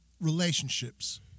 relationships